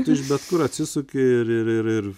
tu iš bet kur atsisuki ir ir ir ir